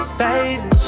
baby